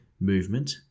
Movement